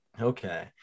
Okay